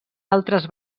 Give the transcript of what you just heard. altres